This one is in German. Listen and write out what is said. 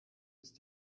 ist